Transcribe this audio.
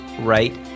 right